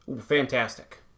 Fantastic